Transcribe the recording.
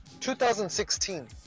2016